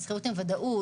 בשכירות עם ודאות,